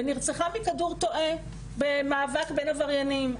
ונרצחה מכדור תועה במאבק בין עבריינים.